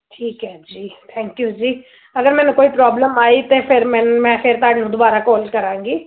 ਠੀਕ ਹੈ ਜੀ ਥੈਂਕ ਯੂ ਜੀ ਅਗਰ ਮੈਨੂੰ ਕੋਈ ਪ੍ਰੋਬਲਮ ਆਈ ਤਾਂ ਫਿਰ ਮੈਨੂੰ ਮੈਂ ਫਿਰ ਤੁਹਾਨੂੰ ਦੁਬਾਰਾ ਕੋਲ ਕਰਾਂਗੀ